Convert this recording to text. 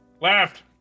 Left